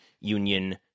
union